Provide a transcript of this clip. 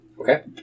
Okay